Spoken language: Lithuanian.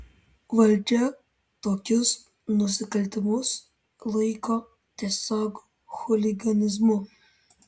valdžia tokius nusikaltimus laiko tiesiog chuliganizmu